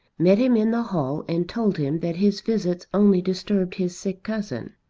met him in the hall and told him that his visits only disturbed his sick cousin.